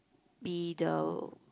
be the